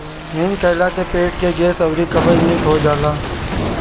हिंग खइला से पेट के गैस अउरी कब्ज निक हो जाला